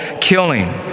killing